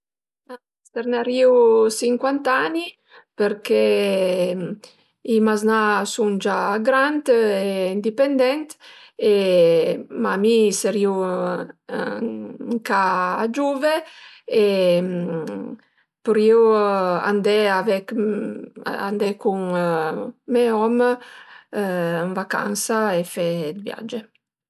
Sërnarìu sincuant'ani përché i maznà a sun gia grant e indipendent, ma mi sërìu ënca giuve e purìu andé avec andé cun me om ën vacansa e fe 'd viage